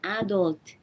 adult